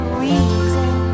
reason